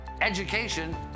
education